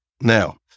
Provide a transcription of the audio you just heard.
Now